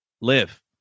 live